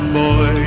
boy